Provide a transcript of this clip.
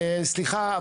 סליחה,